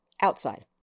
Outside